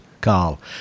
carl